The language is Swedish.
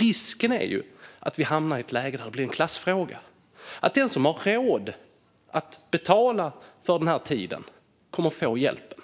Risken är att vi hamnar i ett läge där det blir en klassfråga - att den som har råd att betala för tiden kommer att få hjälpen